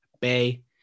Bay